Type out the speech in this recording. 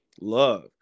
love